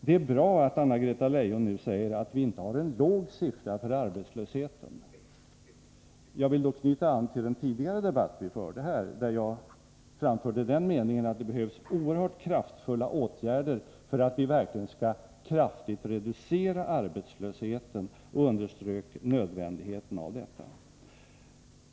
Det är bra att Anna-Greta Leijon nu säger att vi inte har en låg siffra för arbetslösheten. Jag vill då knyta an till den debatt vi förde tidigare och där jag " framförde den meningen att det behövs oerhört kraftfulla åtgärder för att verkligen kraftigt reducera arbetslösheten och underströk nödvändigheten av detta.